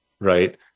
Right